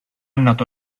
nato